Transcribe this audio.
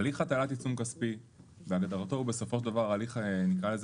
הליך הטלת עיצום כספי בהגדרתו הוא בסופו של דבר הליך נקרא לזה